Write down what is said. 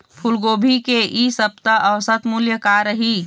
फूलगोभी के इ सप्ता औसत मूल्य का रही?